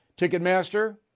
Ticketmaster